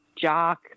jock